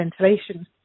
ventilation